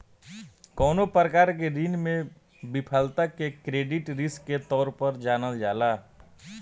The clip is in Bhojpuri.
कवनो प्रकार के ऋण में विफलता के क्रेडिट रिस्क के तौर पर जानल जाला